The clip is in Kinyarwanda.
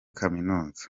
kaminuza